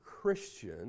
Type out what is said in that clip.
christian